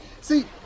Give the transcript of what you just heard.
see